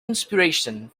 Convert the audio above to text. inspiration